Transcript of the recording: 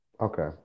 Okay